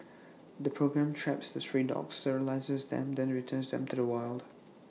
the programme traps the stray dogs sterilises them then returns them to the wild